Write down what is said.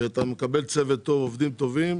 אתה מקבל צוות טוב, עובדים טובים.